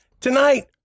Tonight